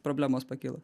problemos pakilo